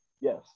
Yes